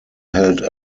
held